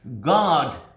God